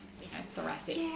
thoracic